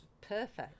Perfect